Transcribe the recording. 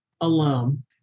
alone